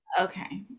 okay